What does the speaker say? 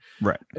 Right